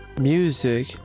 music